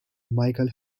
michael